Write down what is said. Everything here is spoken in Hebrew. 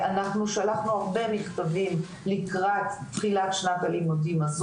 אנחנו שלחנו הרבה מכתבים לקראת תחילת שנת הלימודים הנוכחית.